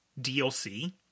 DLC